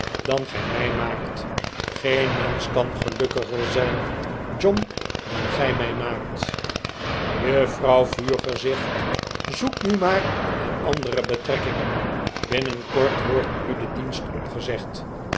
dan gij mij maakt geen mensch kan gelukkiger zijn john dan gij mij maakt juffrouw vuurgezicht zoek nu maar een andere betrekking binnenkprt wordt u de dienst opgezegd